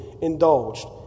indulged